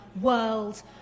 world